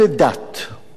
וכמו כל דת,